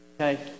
okay